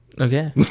Okay